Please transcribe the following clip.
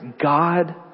God